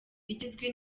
igizwe